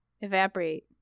evaporate